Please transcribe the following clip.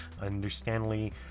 understandably